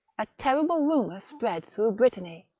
a terrible rumour spread through brittany,